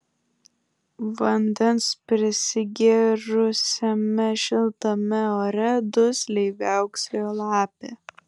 vandens prisigėrusiame šiltame ore dusliai viauksėjo lapė